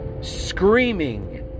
screaming